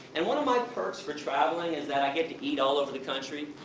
and one of my perks for traveling is that i get to eat all over the country.